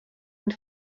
and